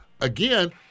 again